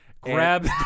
Grab